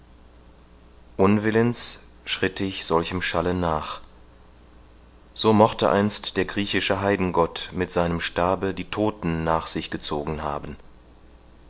unwillens schritt ich solchem schalle nach so mochte einst der griechische heidengott mit seinem stabe die todten nach sich gezogen haben